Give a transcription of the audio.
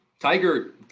Tiger